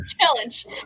challenge